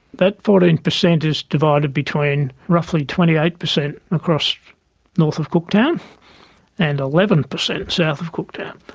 that fourteen percent is divided between roughly twenty eight percent across north of cooktown and eleven percent south of cooktown.